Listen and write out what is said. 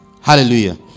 Hallelujah